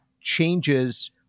changes